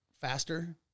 faster